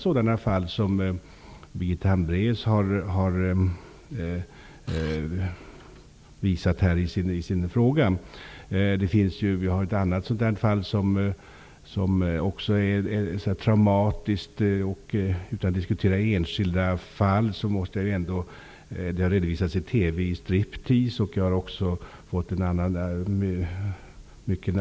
Sådana fall pekar Birgitta Hambraeus på i sin interpellation. Det finns andra traumatiska fall. Man skall inte diskutera enskilda fall. Men jag måste ändå ta upp ett fall som har redovisats i Striptease.